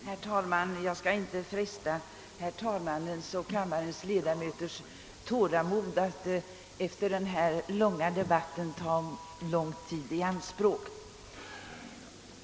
Herr talman! Jag skall inte fresta herr talmannens och kammarens ledammöters tålamod genom att efter denna långa debatt ta mycken tid i anspråk.